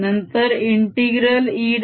नंतर integral E